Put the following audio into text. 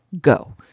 Go